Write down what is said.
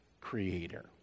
Creator